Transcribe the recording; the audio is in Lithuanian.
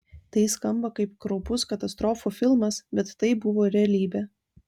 tai skamba kaip kraupus katastrofų filmas bet tai buvo realybė